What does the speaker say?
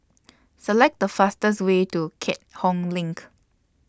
Select The fastest Way to Keat Hong LINK